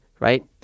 right